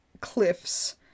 Cliff's